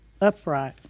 Upright